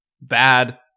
bad